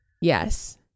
Yes